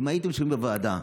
אם הייתם יושבים בוועדה,